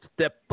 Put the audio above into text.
Step